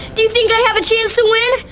do you think i have a chance to win?